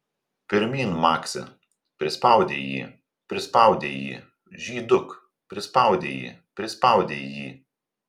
pirmyn maksi prispaudei jį prispaudei jį žyduk prispaudei jį prispaudei jį